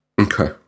Okay